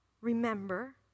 Remember